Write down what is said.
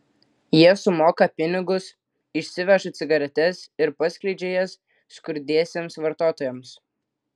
jie sumoka pinigus išsiveža cigaretes ir paskleidžia jas skurdiesiems vartotojams